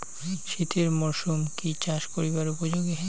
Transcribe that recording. শীতের মরসুম কি চাষ করিবার উপযোগী?